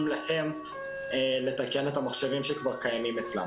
להן לתקן את המחשבים שכבר קיימים.